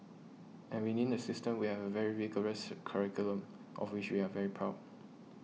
and within the system we have a very rigorous curriculum of which we are very proud